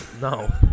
No